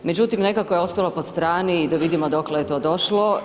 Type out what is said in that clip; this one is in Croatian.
Međutim, nekako je ostalo po strani da vidimo dokle je to došlo.